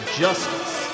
justice